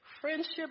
Friendship